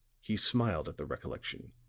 he smiled at the recollection,